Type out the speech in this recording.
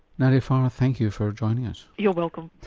nadia farha thank you for joining us. you're welcome.